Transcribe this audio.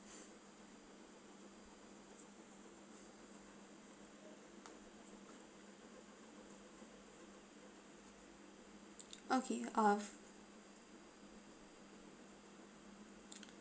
okay err